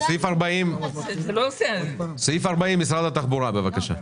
סעיף 40 משרד התחבורה, בבקשה.